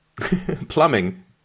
Plumbing